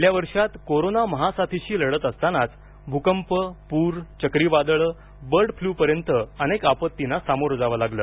गेल्या वर्षात कोरोना महासाथीशी लढत असतानाच भूकंप पूर चक्रीवादळं बर्ड फ्लूपर्यत अनेक आपत्तींना सामोरं जावं लागलं